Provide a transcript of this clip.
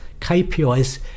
KPIs